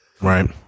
Right